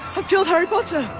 i've killed harry but